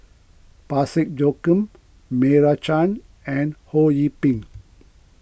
Parsick Joaquim Meira Chand and Ho Yee Ping